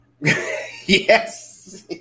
yes